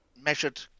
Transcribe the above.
measured